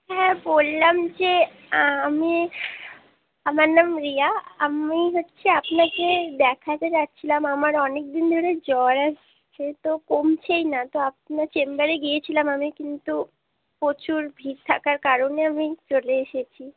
হ্যাঁ বললাম যে আমি আমার নাম রিয়া আমি হচ্ছি আপনাকে দেখাতে যাচ্ছিলাম আমার অনেক দিন ধরে জ্বর আসছে তো কমছেই না তো আপনার চেম্বারে গিয়েছিলাম আমি কিন্তু প্রচুর ভিড় থাকার কারণে আমি চলে এসেছি